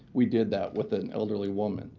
we did that with an elderly woman.